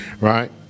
right